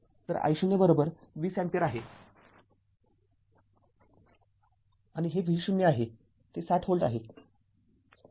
तर I0२० अँपिअर आणि हे v0 आहे ते ६०V आहे